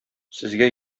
сезгә